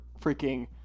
freaking